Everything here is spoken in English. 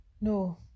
No